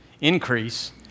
increase